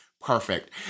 Perfect